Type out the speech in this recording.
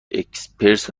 اکسپرس